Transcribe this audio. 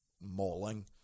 mauling